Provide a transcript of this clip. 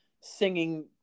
singing